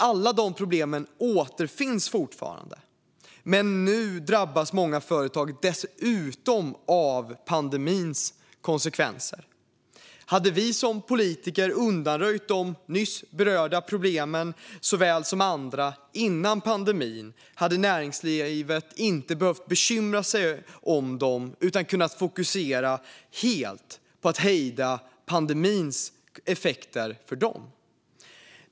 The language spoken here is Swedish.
Alla de problemen finns fortfarande, men nu drabbas många företag dessutom av pandemins konsekvenser. Om vi politiker före pandemin hade undanröjt såväl de nyss berörda problemen som andra problem hade näringslivet inte behövt bekymra sig om dem, utan näringslivet hade kunnat fokusera helt på att hejda pandemins effekter för dem.